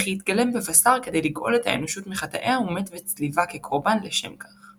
וכי התגלם בבשר כדי לגאול את האנושות מחטאיה ומת בצליבה כקורבן לשם כך.